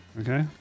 okay